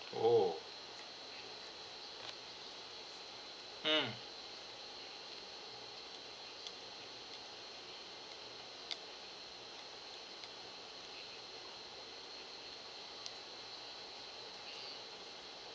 oh mm